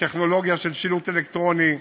טכנולוגיה של שילוט אלקטרוני,